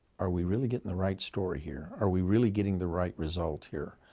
are we really getting the right story here? are we really getting the right result here?